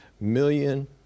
million